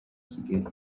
kigali